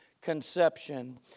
conception